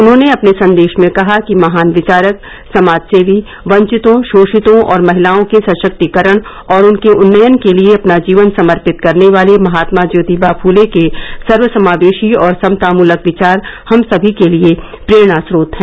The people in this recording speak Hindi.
उन्होंने अपने संदेश में कहा कि महान विचारक समाजसेवी वंचितों शोषितों और महिलाओं के सशक्तीकरण और उनके उन्नयन के लिए अपना जीवन समर्पित करने वाले महात्मा ज्योतिबा फूले के सर्वसमावेशी और समतामूलक विचार हम सभी के लिए प्रेरणा स्रोत हैं